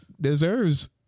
deserves